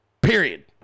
period